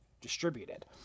distributed